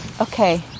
Okay